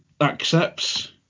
accepts